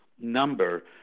number